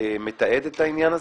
שמתעד את העניין הזה.